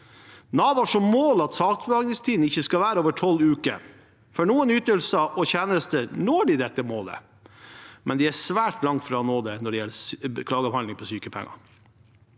har som mål at saksbehandlingstiden ikke skal være over 12 uker. For noen ytelser og tjenester når de dette målet, men de er svært langt fra å nå det når det gjelder klagebehandling på sykepenger.